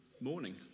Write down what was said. morning